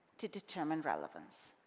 to determine relevance.